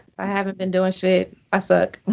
i haven't been doing shit. i suck.